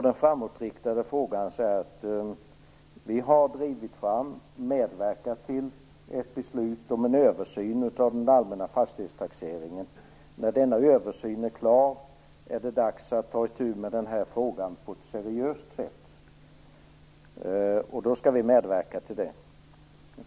Det är vi som har drivit fram och medverkat till ett beslut om en översyn av den allmänna fastighetstaxeringen. När denna översyn är klar är det dags att ta itu med frågan på ett seriöst sätt, vilket vi skall medverka till.